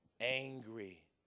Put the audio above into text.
angry